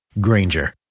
Granger